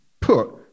put